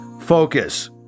focus